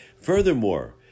Furthermore